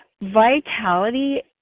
vitality